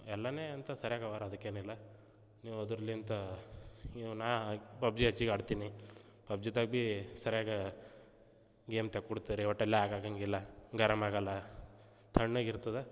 ಎಲ್ಲವೇ ಅಂತ ಸರಿಯಾಗಿ ಇವೆ ರಿ ಅದಕೇನಿಲ್ಲ ನೀವು ಅದರ್ಲಿಂದ ಇವು ನಾ ಪಬ್ ಜಿ ಹೆಚ್ಚಿಗೆ ಆಡ್ತೀನಿ ಪಬ್ ಜಿದಾಗ ಭೀ ಸರಿಯಾಗಿ ಗೇಮ್ ತೆಗೆ ಕೊಡ್ತಾರೆ ರೀ ಒಟ್ಟೆಲ್ಲ ಹ್ಯಾಂಗಾಗಲ್ಲ ಗರಂ ಆಗೋಲ್ಲ ತಣ್ಣಗೆ ಇರ್ತದೆ